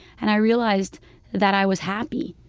and i realized that i was happy.